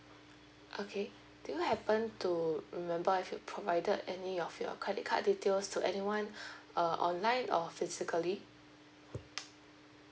okay do you happen to remember if you provided any of your credit card details to anyone uh online or physically